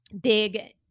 big